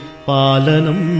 Palanam